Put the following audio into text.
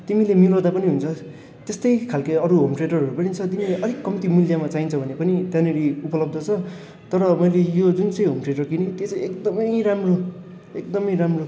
तिमीले मिलाउँदा पनि हुन्छ त्यस्तै खालको अरू होम थेटरहरू पनि छ तिमीलाई अलिक कम्ती मूल्यमा चाहिन्छ भने पनि त्यहाँनिर उपलब्ध छ तर मैले यो जुन चाहिँ होम थेटर किनेँ त्यो चाहिँ एकदमै राम्रो एकदमै राम्रो